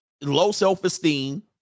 low-self-esteem